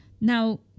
Now